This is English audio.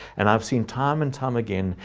and i've seen time and time again,